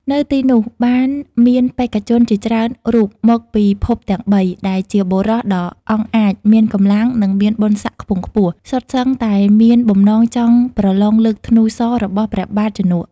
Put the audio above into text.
នៅទីនោះ បានមានបេក្ខជនជាច្រើនរូបមកពីភពទាំងបី ដែលជាបុរសដ៏អង់អាច មានកម្លាំង និងមានបុណ្យស័ក្កិខ្ពង់ខ្ពស់ សុទ្ធសឹងតែមានបំណងចង់ប្រឡងលើកធ្នូសររបស់ព្រះបាទជនក។